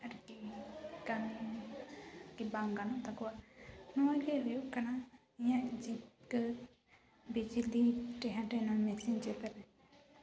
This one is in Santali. ᱠᱟᱹᱢᱤ ᱜᱮᱵᱟᱝ ᱜᱟᱱᱚᱜ ᱛᱟᱠᱚᱣᱟ ᱱᱚᱣᱟᱜᱮ ᱦᱩᱭᱩᱜ ᱠᱟᱱᱟ ᱤᱧᱟᱹᱜ ᱡᱤᱵᱠᱟᱹ ᱵᱤᱡᱽᱞᱤ ᱴᱮᱸᱦᱟᱱᱰ ᱢᱮᱱᱟᱜᱼᱟ ᱢᱮᱥᱤᱱ ᱪᱮᱛᱟᱱ ᱨᱮ